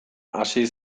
hasi